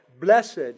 Blessed